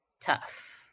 tough